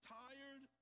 tired